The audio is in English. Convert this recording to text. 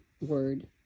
word